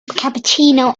cappuccino